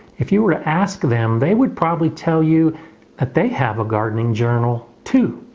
if you were to ask them, they would probably tell you that they have a gardening journal too.